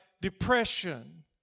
depression